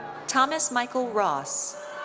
thomas michael ross.